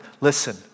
listen